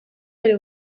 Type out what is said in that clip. bere